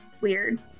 weird